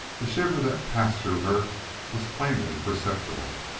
the shiver that passed through her was plainly perceptible.